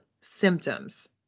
symptoms